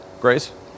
Grace